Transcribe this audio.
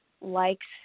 likes